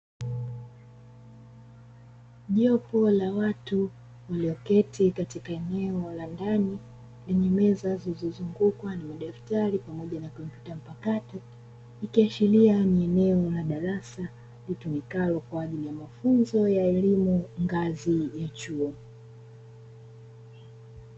Jopo la watu waliyoketi katika eneo la ndani lenye meza zilizozungukwa na madaftari pamoja na kompyuta mpakato ikiashiria ni eneo la darasa litumikalo kwa ajili ya mafunzo ya elimu ngazi ya chuo.